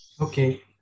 Okay